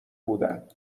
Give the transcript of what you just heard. بودن